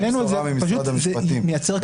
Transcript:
ופשוט זה מייצר קשיים מעשיים.